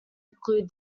include